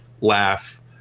laugh